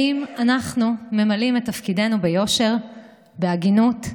האם אנחנו ממלאים את תפקידנו ביושר, בהגינות,